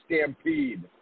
stampede